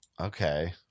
Okay